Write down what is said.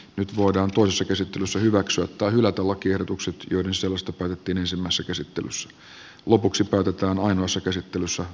nyt voidaan toisessa käsittelyssä hyväksyä tai hylätä lakiehdotukset joiden sisällöstä päätettiin ensimmäisessä käsittelyssä